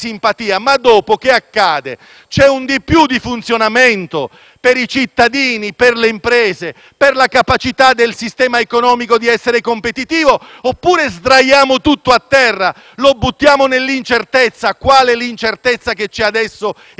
per i cittadini, per le imprese, per la capacità del sistema economico di essere competitivo oppure sdraiamo tutto a terra e gettiamo il Paese in quella incertezza che c'è adesso in Gran Bretagna? Provate a stimare chi, adesso, in Europa